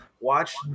watch